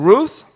Ruth